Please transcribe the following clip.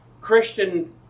Christian